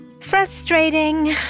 Frustrating